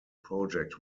project